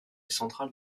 central